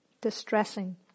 distressing